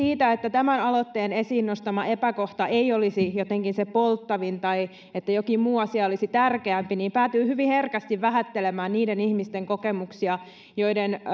siitä että tämän aloitteen esiin nostama epäkohta ei olisi jotenkin se polttavin tai että jokin muu asia olisi tärkeämpi päätyvät hyvin herkästi vähättelemään niiden ihmisten kokemuksia joiden